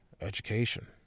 education